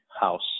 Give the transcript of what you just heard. house